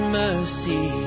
mercy